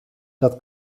dat